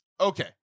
okay